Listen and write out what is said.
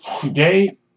Today